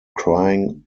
crying